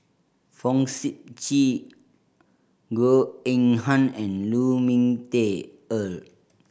Fong Sip Chee Goh Eng Han and Lu Ming Teh Earl